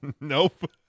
Nope